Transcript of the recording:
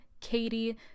Katie